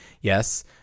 yes